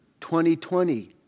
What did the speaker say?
2020